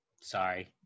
Sorry